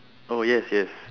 oh yes yes